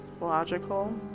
logical